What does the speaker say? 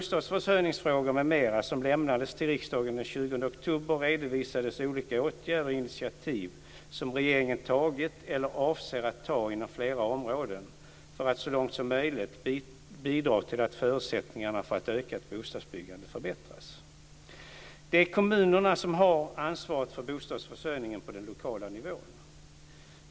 som lämnades till riksdagen den 20 oktober redovisades olika åtgärder och initiativ som regeringen tagit eller avser att ta inom flera områden för att så långt som möjligt bidra till att förutsättningarna för ett ökat bostadsbyggande förbättras. Det är kommunerna som har ansvar för bostadsförsörjningen på den lokala nivån.